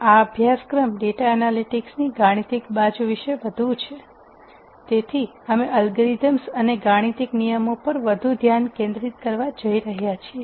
આ અભ્યાસક્રમ ડેટા એનાલિટિક્સની ગાણિતિક બાજુ વિશે વધુ છે તેથી અમે એલ્ગોરિધમ્સ અને ગાણિતીક નિયમોપર વધુ ધ્યાન કેન્દ્રિત કરવા જઈ રહ્યા છીએ